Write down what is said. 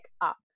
up